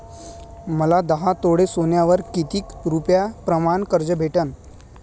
मले दहा तोळे सोन्यावर कितीक रुपया प्रमाण कर्ज भेटन?